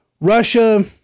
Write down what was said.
Russia